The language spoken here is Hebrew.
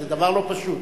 זה דבר לא פשוט.